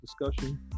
discussion